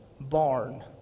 barn